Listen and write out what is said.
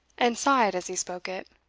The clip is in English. and sighed as he spoke it,